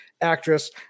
actress